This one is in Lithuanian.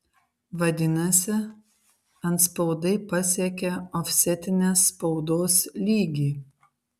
vadinasi antspaudai pasiekė ofsetinės spaudos lygį